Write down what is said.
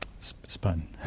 spun